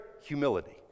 humility